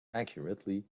accurately